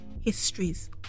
histories